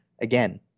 Again